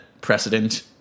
precedent